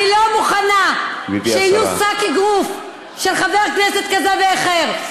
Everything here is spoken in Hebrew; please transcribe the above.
אני לא מוכנה שיהיו שק אגרוף של חבר כנסת כזה ואחר.